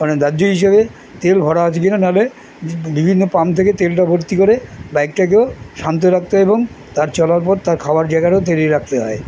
কারণ দাহ্য হিসেবে তেল ভরা আসবে নাহলে বিভিন্ন পাম্প থেকে তেলটা ভর্তি করে বাইকটাকেও শান্ত রাখতে হয় এবং তার চলার পর তার খাবার জায়গাটাও তৈরি রাখতে হয়